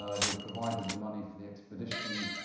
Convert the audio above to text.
ah who provided the money for the expedition,